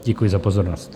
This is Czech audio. Děkuji za pozornost.